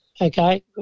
okay